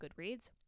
goodreads